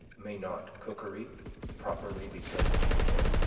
may not cookery properly be said to begin